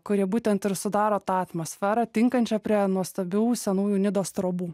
kurie būtent ir sudaro tą atmosferą tinkančią prie nuostabių senųjų nidos trobų